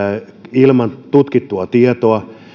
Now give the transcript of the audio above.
ilman tutkittua tietoa